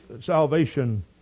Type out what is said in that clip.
salvation